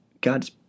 God's